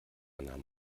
nahm